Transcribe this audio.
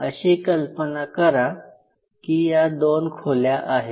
अशी कल्पना करा की या दोन खोल्या आहेत